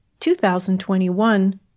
2021